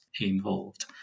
involved